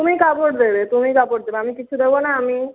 তুমি কাপড় দেবে তুমি কাপড় দেবে আমি কিচ্ছু দেবো না তুমি